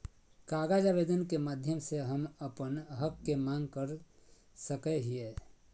कागज आवेदन के माध्यम से हम अपन हक के मांग कर सकय हियय